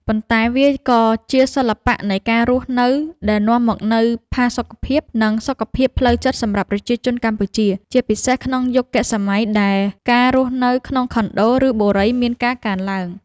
ប៉ុន្តែវាក៏ជាសិល្បៈនៃការរស់នៅដែលនាំមកនូវផាសុកភាព និងសុខភាពផ្លូវចិត្តសម្រាប់ប្រជាជនកម្ពុជា ជាពិសេសក្នុងយុគសម័យដែលការរស់នៅក្នុងខុនដូ ឬបូរីមានការកើនឡើង។